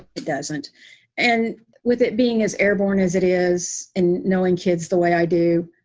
it doesn't and with it being as airborne as it is and knowing kids the way i do,